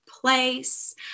place